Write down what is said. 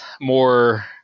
more